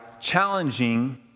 challenging